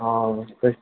हँ